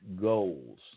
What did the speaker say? goals